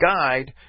guide